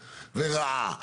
רעה,